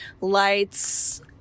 lights